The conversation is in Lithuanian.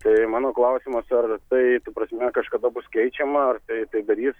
tai mano klausimas ar tai ta prasme kažkada bus keičiama ar tai tai darys